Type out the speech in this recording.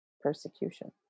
persecution